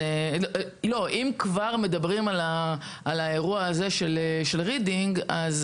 אם כבר מדברים על האירוע הזה של רידינג אז